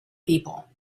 people